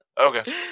Okay